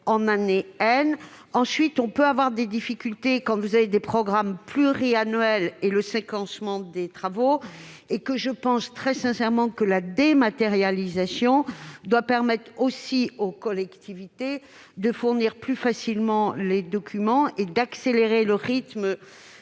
en année . On peut également rencontrer quelques difficultés en cas de programmes pluriannuels et de séquencement des travaux. Enfin, je pense très sincèrement que la dématérialisation doit permettre aux collectivités de fournir plus facilement les documents et d'accélérer le rythme